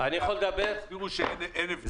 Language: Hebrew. הסבירו שאין הבדל.